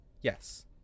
Yes